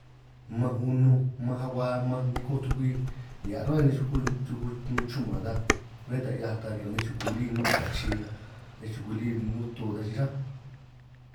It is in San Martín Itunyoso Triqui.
Mmanj ununj, mmanj akua, mmanj nikoj tukwiis, nihia' ruhua nej chuku chuku chu'man ta, bé ta 'hiaj ta riñan nej chuku lí nnún tikachi, nej chuku lí nnún to ta chiráj.